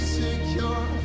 secure